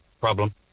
problem